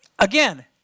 Again